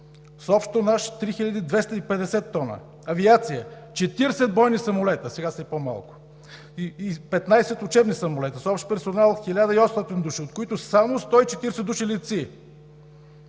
с обща мощ 3250 тона; авиация 40 бойни самолета – сега са и по-малко – и 15 учебни самолета, с общ персонал 1800 души, от които само 140 души летци;